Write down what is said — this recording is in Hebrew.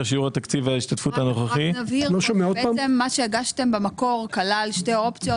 שיעור התקציב- -- נבהיר מה שהגשתם במקור כלל שתי אופציות.